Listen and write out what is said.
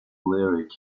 lyric